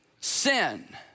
sin